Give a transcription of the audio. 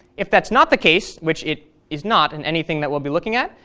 if that's not the case, which it is not in anything that we'll be looking at,